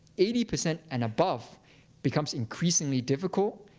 eighty percent and above becomes increasingly difficult.